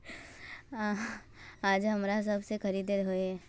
औजार तो हम सब खरीदे हीये?